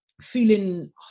feeling